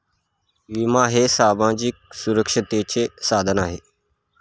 विमा हे सामाजिक सुरक्षिततेचे साधन आहे